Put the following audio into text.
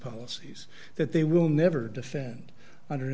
policies that they will never defend under